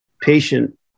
patient